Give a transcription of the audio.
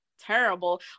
terrible